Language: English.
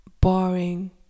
boring